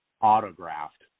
Autographed